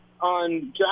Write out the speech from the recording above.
on